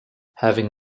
having